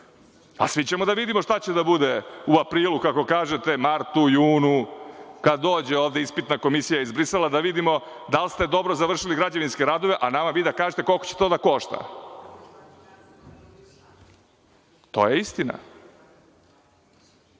A, svi ćemo da vidimo šta će da bude u aprilu, kako kažete, martu, junu, kad dođe ovde ispitna komisija iz Brisela, da vidimo da li ste dobro završili građevinske radove, a nama vi da kažete koliko će to da košta. To je istina. Teče